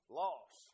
loss